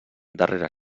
darrere